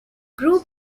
group